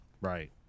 Right